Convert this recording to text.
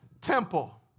temple